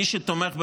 מי שתומך במחבלים,